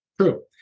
True